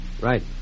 Right